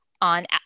on